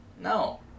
No